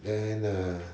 then err